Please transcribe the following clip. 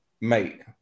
mate